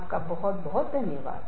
आपका बहुत धन्यवाद